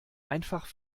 einfach